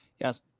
Yes